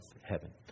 heaven